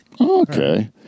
Okay